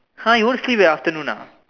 !huh! you won't sleep at afternoon ah